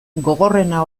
gogorrena